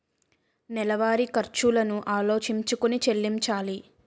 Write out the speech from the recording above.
నెలవారి ఖర్చులను ఆలోచించుకొని చెల్లించాలి